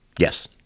Yes